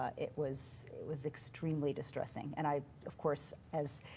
ah it was it was extremely distressing. and i, of course as